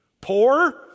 Poor